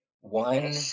One